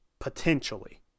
Potentially